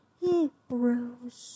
heroes